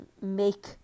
make